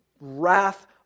wrath